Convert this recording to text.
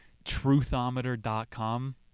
truthometer.com